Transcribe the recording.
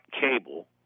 cable